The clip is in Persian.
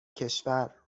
کشور